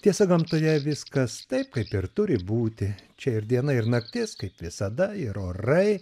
tiesa gamtoje viskas taip kaip ir turi būti čia ir diena ir naktis kaip visada ir orai